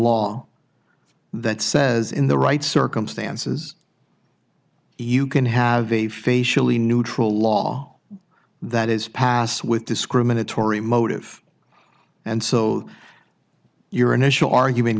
law that says in the right circumstances you can have a facially neutral law that is passed with discriminatory motive and so your initial argument